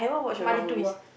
Mari-two ah